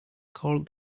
called